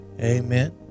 amen